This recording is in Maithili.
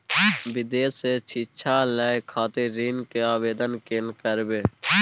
विदेश से शिक्षा लय खातिर ऋण के आवदेन केना करबे?